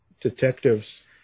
detectives